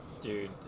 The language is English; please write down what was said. Dude